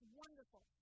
wonderful